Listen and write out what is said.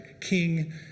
king